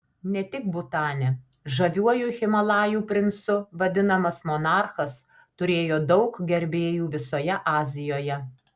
ne tik butane žaviuoju himalajų princu vadinamas monarchas turėjo daug gerbėjų visoje azijoje